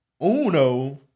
Uno